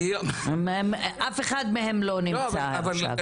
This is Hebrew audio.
אחד מהם לא נמצא עכשיו.